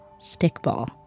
Stickball